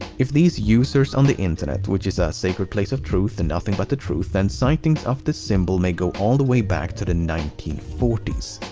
if these users on the internet, which is a sacred place of truth and nothing but the truth, then sightings of this symbol may go all the way back to the nineteen forty s.